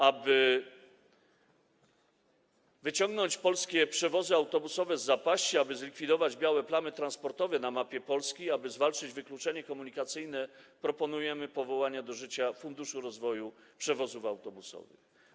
Aby wyciągnąć polskie przewozy autobusowe z zapaści, aby zlikwidować białe plamy transportowe na mapie Polski, aby zwalczyć wykluczenie komunikacyjne, proponujemy powołanie do życia funduszu rozwoju przewozów autobusowych.